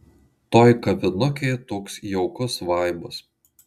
toj kavinukėj toks jaukus vaibas